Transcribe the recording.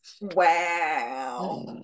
Wow